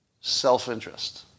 self-interest